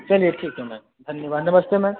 चलिए ठीक है मैम धन्यवाद नमस्ते मैम